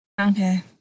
Okay